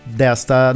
desta